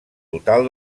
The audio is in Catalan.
total